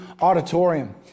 auditorium